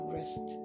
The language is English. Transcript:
rest